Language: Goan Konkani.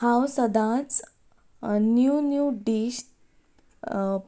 हांव सदांच न्यू न्यू डीश